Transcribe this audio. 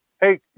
hey